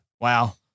Wow